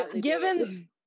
Given